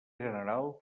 general